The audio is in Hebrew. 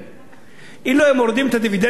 אילו היו מורידים את הדיבידנד לחברות ישראליות,